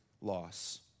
loss